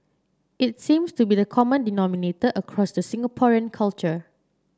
it seems to be the common denominator across the Singaporean culture